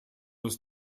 das